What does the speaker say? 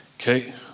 Okay